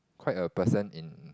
quite a person in